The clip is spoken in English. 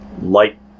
light